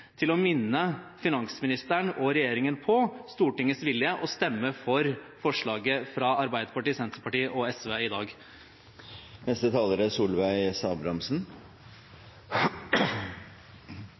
til å minne finansministeren og regjeringen om Stortingets vilje – og stemme for forslaget fra Arbeiderpartiet, Senterpartiet og Sosialistisk Venstreparti i dag. Ansvaret for skatteoppkrevjinga er